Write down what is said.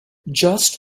just